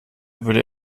würde